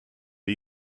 are